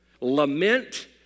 Lament